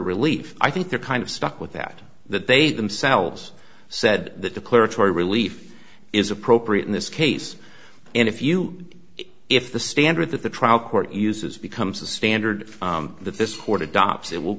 relief i think they're kind of stuck with that that they themselves said that declaratory relief is appropriate in this case and if you if the standard that the trial court uses becomes the standard that this horde adopts it will